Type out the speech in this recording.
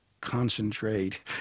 concentrate